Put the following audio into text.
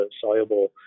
soluble